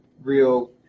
real –